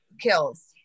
kills